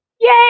Yay